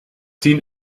tien